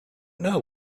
know